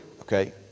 Okay